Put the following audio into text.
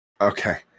Okay